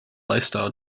lifestyle